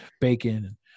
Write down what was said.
bacon